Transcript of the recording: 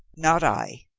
not i,